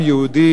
גם יהודי,